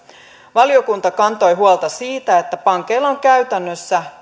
valiokunta kantoi huolta siitä että pankeilla on käytännössä